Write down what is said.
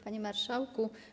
Panie Marszałku!